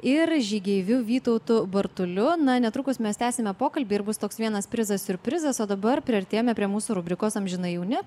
ir žygeiviu vytautu bartuliu na netrukus mes tęsime pokalbį ir bus toks vienas prizas siurprizas o dabar priartėjome prie mūsų rubrikos amžinai jauni